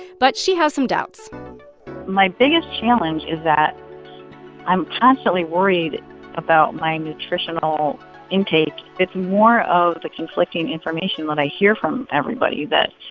but she has some doubts my biggest challenge is that i'm constantly worried about my nutritional intake. it's more of the conflicting information that i hear from everybody, that,